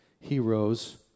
heroes